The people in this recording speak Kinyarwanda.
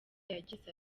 yagize